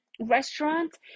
restaurant